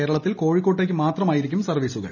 കേരളത്തിൽ കോഴിക്കോട്ടേക്ക് മാത്രമായിരിക്കും സർവ്വീസുകൾ